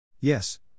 Yes